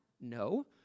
No